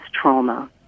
trauma